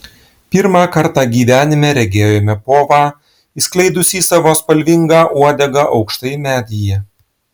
pirmą kartą gyvenime regėjome povą išskleidusį savo spalvingą uodegą aukštai medyje